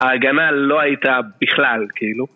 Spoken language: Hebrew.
ההגנה לא הייתה בכלל, כאילו.